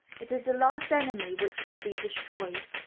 it is the last enemy which shall be destroyed.